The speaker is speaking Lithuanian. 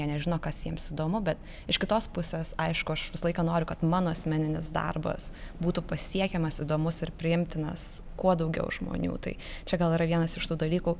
jie nežino kas jiems įdomu bet iš kitos pusės aišku aš visą laiką noriu kad mano asmeninis darbas būtų pasiekiamas įdomus ir priimtinas kuo daugiau žmonių tai čia gal yra vienas iš tų dalykų